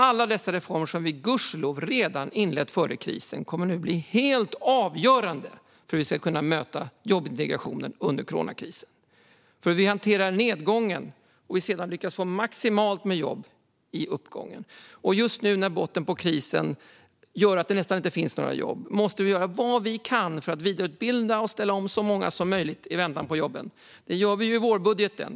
Alla dessa reformer, som vi gudskelov redan hade inlett före krisen, kommer att bli helt avgörande för hur vi ska kunna möta jobbintegrationen under coronakrisen, för hur vi hanterar nedgången och för vi hur vi sedan lyckas få maximalt med jobb i uppgången. Just nu, när krisen gör att det nästan inte finns några jobb, måste vi göra vad vi kan för att vidareutbilda och ställa om så många som möjligt i väntan på jobb. Det gör vi i vårbudgeten.